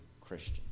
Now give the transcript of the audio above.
Christian